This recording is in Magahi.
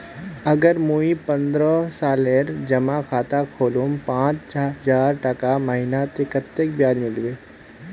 अगर मुई पन्द्रोह सालेर जमा खाता खोलूम पाँच हजारटका महीना ते कतेक ब्याज मिलबे?